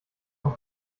und